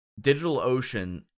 DigitalOcean